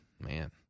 Man